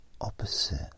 opposite